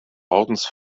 ordens